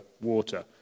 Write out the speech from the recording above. water